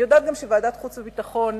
אני יודעת גם שוועדת החוץ והביטחון